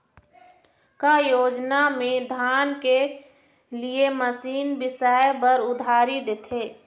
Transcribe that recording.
का योजना मे धान के लिए मशीन बिसाए बर उधारी देथे?